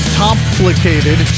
complicated